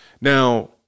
Now